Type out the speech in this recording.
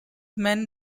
meant